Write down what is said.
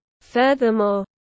Furthermore